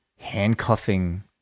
handcuffing